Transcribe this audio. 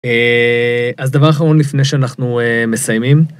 אז דבר אחרון לפני שאנחנו מסיימים.